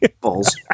Balls